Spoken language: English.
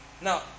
Now